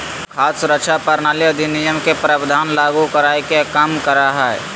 खाद्य सुरक्षा प्रणाली अधिनियम के प्रावधान लागू कराय के कम करा हइ